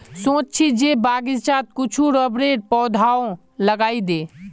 सोच छि जे बगीचात कुछू रबरेर पौधाओ लगइ दी